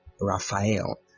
Raphael